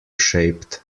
shaped